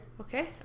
Okay